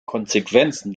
konsequenzen